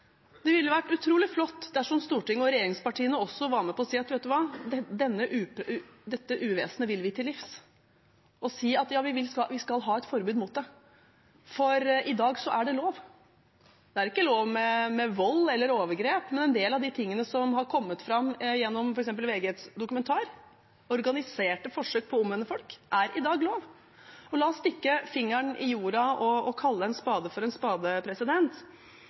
Det ville vært utrolig flott dersom storting og regjeringspartiene også var med på å si at dette uvesenet vil vi til livs – å si at ja, vi skal ha et forbud mot det. For i dag er det lov. Det er ikke lov med vold eller overgrep, men en del av de tingene som har kommet fram, f.eks. gjennom VGs dokumentar, organiserte forsøk på å omvende folk, er i dag lov. Og la oss stikke fingeren i jorda og kalle en spade for en spade: